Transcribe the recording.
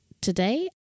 Today